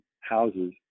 houses